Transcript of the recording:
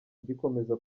gikomeza